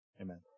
Amen